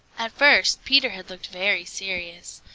at first peter had looked very serious,